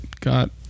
got